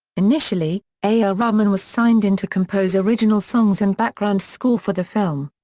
initially, a. r. rahman was signed in to compose original songs and background score for the film.